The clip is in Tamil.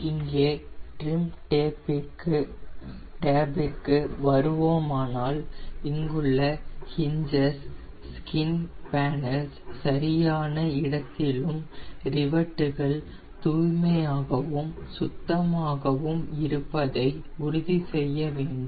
இங்கே ட்ரிம் டேப்பிற்கு வருவோமானால் இங்குள்ள ஹின்ஜெஸ் ஸ்கின் பேனல்ஸ் சரியான இடத்திலும் ரிவேட்டுகள் தூய்மையாகவும் சுத்தமாகவும் இருப்பதை உறுதி செய்யவேண்டும்